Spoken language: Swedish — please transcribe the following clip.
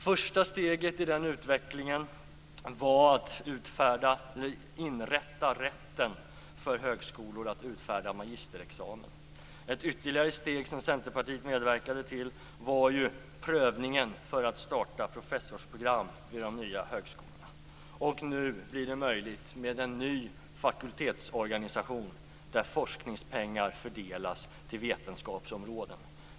Första steget i den utvecklingen var att inrätta rätten för högskolor att utfärda magisterexamen. Ett ytterligare steg som Centerpartiet medverkade till var prövningen för att starta professorsprogram vid de nya högskolorna. Och nu blir det möjligt med en ny fakultetsorganisation där forskningspengar fördelas till vetenskapsområden.